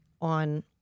on